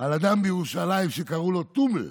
על אדם בירושלים שקראו לו טומל.